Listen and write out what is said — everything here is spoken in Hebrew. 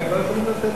ולא יכולים לתת,